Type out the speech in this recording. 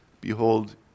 Behold